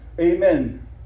amen